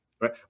right